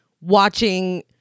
watching